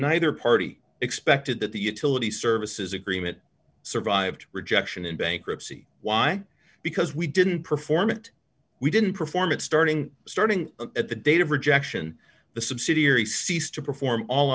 neither party expected that the utility services agreement survived rejection in bankruptcy why because we didn't perform it we didn't perform it starting starting at the date of rejection the subsidiary ceased to perform all